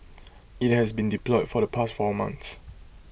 IT has been deployed for the past four months